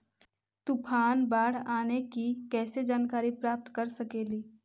तूफान, बाढ़ आने की कैसे जानकारी प्राप्त कर सकेली?